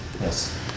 Yes